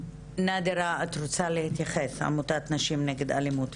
נאדרה, את רוצה להתייחס, מעמותת נשים נגד אלימות.